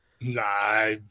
Nah